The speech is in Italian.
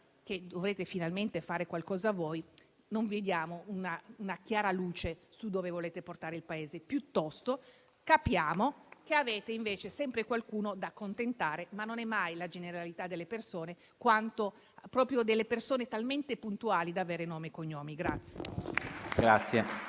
che dovrete finalmente fare qualcosa voi, non vediamo una chiara luce su dove volete portare il Paese. Capiamo invece che avete invece sempre qualcuno da accontentare, che non è mai però la generalità delle persone quanto proprio delle persone talmente puntuali da avere nomi e cognomi.